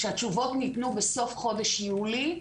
כשהתשובות ניתנו בסוף חודש יולי,